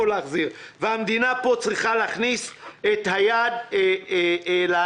המדינה פה צריכה להכניס את היד לכיס.